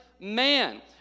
man